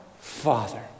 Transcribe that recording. Father